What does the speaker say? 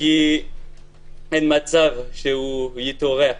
כי אין מצב שהוא יתעורר.